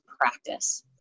practice